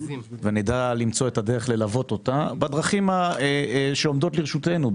אנחנו נדע למצוא את הדרך ללוות אותה בדרכים שעומדות לרשותנו.